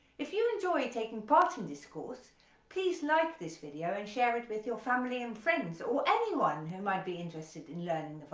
if you enjoy taking part in this course please like this video and share it with your family and friends, or anyone who might be interested in learning